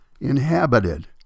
inhabited